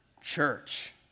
Church